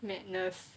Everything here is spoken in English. madness